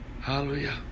Hallelujah